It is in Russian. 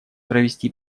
провести